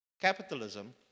capitalism